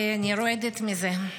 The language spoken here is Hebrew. ואני רועדת מזה.